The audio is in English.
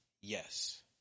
yes